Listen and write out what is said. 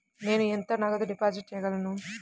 నేను ఎంత నగదు డిపాజిట్ చేయగలను?